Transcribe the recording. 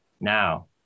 now